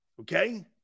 Okay